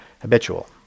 habitual